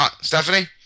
Stephanie